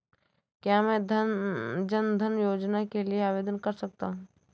क्या मैं जन धन योजना के लिए आवेदन कर सकता हूँ?